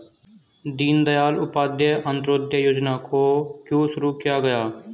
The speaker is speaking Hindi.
दीनदयाल उपाध्याय अंत्योदय योजना को क्यों शुरू किया गया?